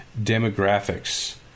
demographics